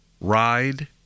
ride